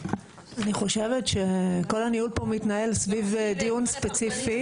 אני חושבת שכל הדיון פה מתנהל סביב דיון ספציפי.